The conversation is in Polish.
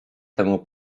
temu